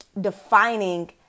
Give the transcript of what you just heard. defining